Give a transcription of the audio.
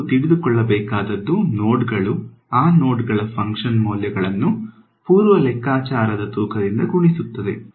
ನೀವು ತಿಳಿದುಕೊಳ್ಳಬೇಕಾದದ್ದು ನೋಡ್ಗಳು ಆ ನೋಡ್ಗಳ ಫಂಕ್ಷನ್ ಮೌಲ್ಯಗಳನ್ನು ಪೂರ್ವ ಲೆಕ್ಕಾಚಾರದ ತೂಕದಿಂದ ಗುಣಿಸುತ್ತವೆ